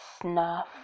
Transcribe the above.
snuff